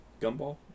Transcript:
Gumball